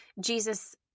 Jesus